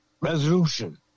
resolution